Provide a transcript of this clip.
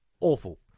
awful